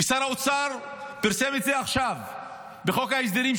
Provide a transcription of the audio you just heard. ושר האוצר פרסם את זה עכשיו בחוק ההסדרים,